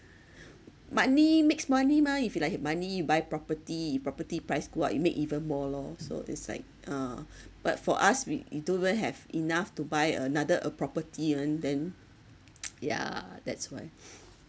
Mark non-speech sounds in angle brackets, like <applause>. money makes money mah if you like have money you buy property if property price go up you make even more lor so it's like uh but for us we we don't even have enough to buy another uh property [one] then <noise> yeah that's why <noise>